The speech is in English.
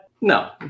No